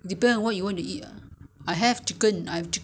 you can decide that later 迟点才决定 ah